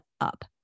up